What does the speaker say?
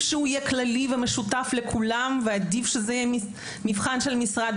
שיהיה כללי ומשותף לכולם ועדיף שיהיה מבחן של משרד